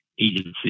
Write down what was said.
Agency